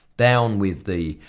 down with thee!